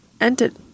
ended